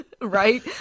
Right